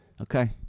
Okay